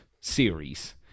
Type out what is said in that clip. series